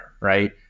right